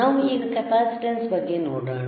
ನಾವು ಈಗ ಕೆಪಾಸಿಟರ್ ಬಗ್ಗೆ ನೋಡೋಣ